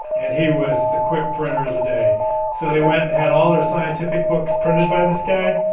and he was the quick printer of the day so they went and had all their scientific books printed by this guy,